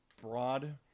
broad